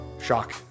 shock